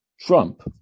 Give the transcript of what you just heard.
Trump